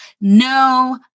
no